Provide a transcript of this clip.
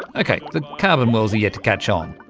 ah okay, the carbon wells are yet to catch on.